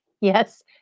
Yes